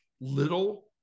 little